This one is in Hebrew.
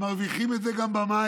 הם מרוויחים את זה גם במים.